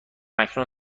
اکنون